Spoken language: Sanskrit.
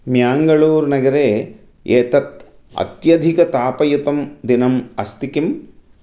म्याङ्गळूर्नगरे एतत् अत्यधिकतापयुतं दिनम् अस्ति किम्